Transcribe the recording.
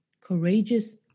Courageous